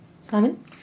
Simon